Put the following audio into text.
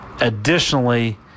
additionally